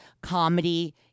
comedy